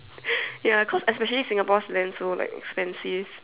ya cause especially Singapore's land so like expensive